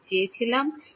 যা আমি চেয়েছিলাম